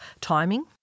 timing